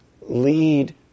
lead